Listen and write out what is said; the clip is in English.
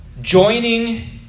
joining